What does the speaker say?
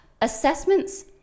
Assessments